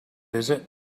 visit